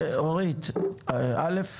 אל"ף,